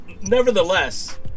nevertheless